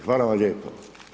Hvala vam lijepo.